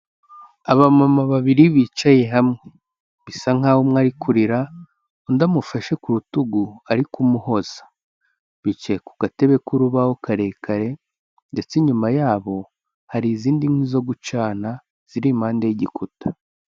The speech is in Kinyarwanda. Abamama babiri bicaye hamwe, bisa nkaho umwe ari kurira, undi amufashe ku rutugu ari kumuhoza. Bicaye ku gatebe k'urubaho karekare, ndetse inyuma yabo hari izindi kwi zo gucana ziri impande y'igikuta.